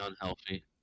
unhealthy